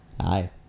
Hi